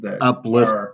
uplift